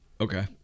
Okay